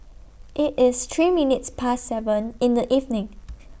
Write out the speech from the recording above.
IT IS three minutes Past seven in The evening